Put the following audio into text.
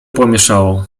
pomieszało